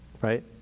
Right